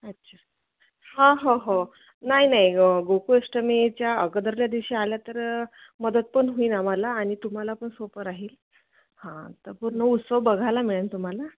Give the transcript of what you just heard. अच्छा हां हो हो हो नाही नाही गोकुळष्टमीच्या अगोदरच्या दिवशी आल्या तर मदत पण होईन आम्हाला आणि तुम्हाला पण सोपं राहील हां तं पूर्ण उत्सव बघायला मिळेल तुम्हाला